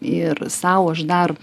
ir sau aš dar